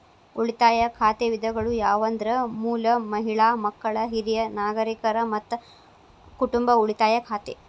ಉಳಿತಾಯ ಖಾತೆ ವಿಧಗಳು ಯಾವಂದ್ರ ಮೂಲ, ಮಹಿಳಾ, ಮಕ್ಕಳ, ಹಿರಿಯ ನಾಗರಿಕರ, ಮತ್ತ ಕುಟುಂಬ ಉಳಿತಾಯ ಖಾತೆ